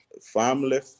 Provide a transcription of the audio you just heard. family